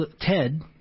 Ted